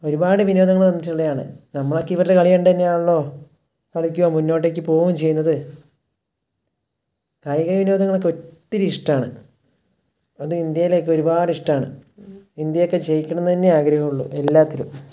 ഒരുപാട് വിനോദങ്ങള് തന്നിട്ടുള്ളതാണ് നമ്മളൊക്കെ ഇവരുടെ കളി കണ്ടുതന്നെയാണല്ലോ കളിക്കുകയും മുന്നോട്ടേക്ക് പോവുകയും ചെയ്യുന്നത് കായിക വിനോദങ്ങളൊക്കെ ഒത്തിരി ഇഷ്ടമാണ് അത് ഇന്ത്യയിലെയൊക്കെ ഒരുപാട് ഇഷ്ടമാണ് ഇന്ത്യയൊക്കെ ജയിക്കണം എന്നു തന്നെയാണ് ആഗ്രഹം ഉള്ളു എല്ലാത്തിലും